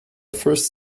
first